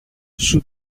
σου